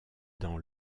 dans